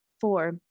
Four